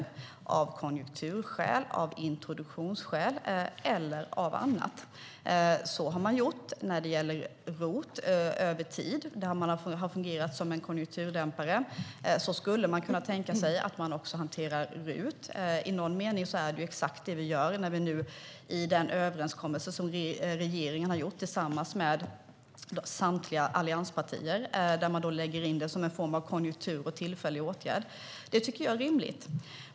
Det kan vara konjunkturskäl, introduktionsskäl eller annat. Så har man gjort när det gäller ROT över tid. Det har fungerat som en konjunkturdämpare. Så skulle man kunna tänka sig att man också hanterar RUT. I någon mening är det exakt det vi har gjort i den överenskommelse som regeringen har gjort med samtliga allianspartier. Där lägger man in det som en form av konjunkturåtgärd och tillfällig åtgärd. Det tycker jag är rimligt.